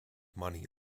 money